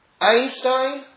Einstein